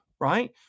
right